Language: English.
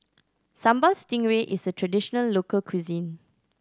Sambal Stingray is a traditional local cuisine